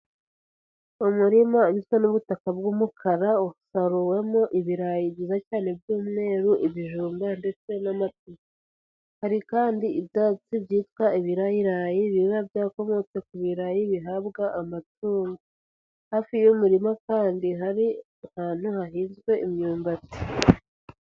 Umurima ugizwe n'ubutaka bw'umukara usaruwemo ibirayi byiza cyane by'umweru, ibijumba ndetse n'amateke. Hari kandi ibyatsi byitwa ibirayirayi biba byakomotse ku birayi bihabwa amatungo. Hafi y'umurima kandi hari ahantu hahinzwe imyumbati.